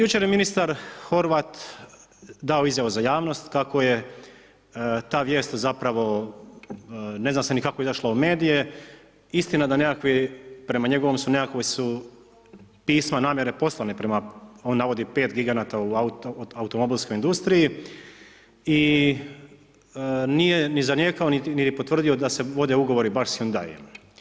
Jučer je ministar Horvat dao izjavu za javnost kako je ta vijest zapravo ne zna se ni kako je izašla u medije, istina da nekakvi, prema njegovom, nekakva su, pisma namjere poslana prema, on navodi 5 giganata u automobilskoj industriji i nije ni zanijekao ni potvrdio da se vode ugovori baš sa Hyundai.